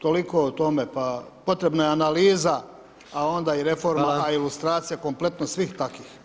Toliko o tome, pa potrebna je analiza, a onda i reforma, a ilustracija kompletno svih takvih.